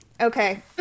Okay